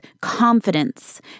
confidence